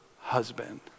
husband